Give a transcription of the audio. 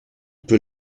peut